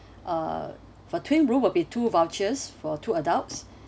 uh for twin room will be two vouchers for two adults